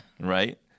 Right